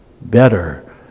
better